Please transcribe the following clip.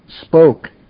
spoke